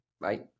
Bye